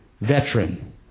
veteran